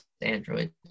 android